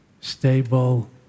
stable